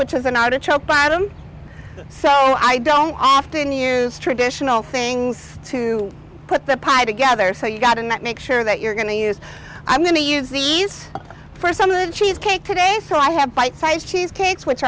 which is an artichoke bottom so i don't often use traditional things to put the pie together so you've got in that make sure that you're going to use i'm going to use these for some of cheesecake today so i have bite sized cheesecakes which